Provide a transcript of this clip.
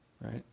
right